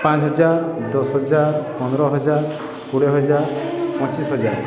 ପାଞ୍ଚ ହଜାର ଦଶ ହଜାର ପନ୍ଦର ହଜାର କୋଡ଼ିଏ ହଜାର ପଚିଶି ହଜାର